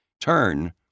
turn